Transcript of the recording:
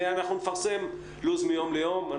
אנחנו נפרסם ניוז מיום ליום.